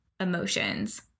Emotions